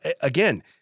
again